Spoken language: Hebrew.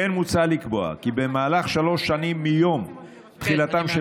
כמו כן מוצע לקבוע כי במהלך שלוש השנים מיום תחילתם של